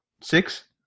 six